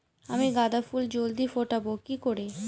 আমি গাঁদা ফুল জলদি ফোটাবো কি করে?